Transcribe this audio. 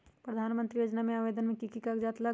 प्रधानमंत्री योजना में आवेदन मे की की कागज़ात लगी?